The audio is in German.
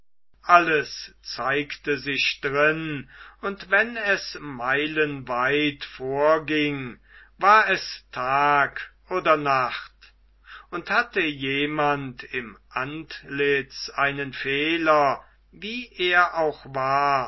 alles zeigte sich drin und wenn es meilenweit vorging war es tag oder nacht und hatte jemand im antlitz einen fehler wie er auch war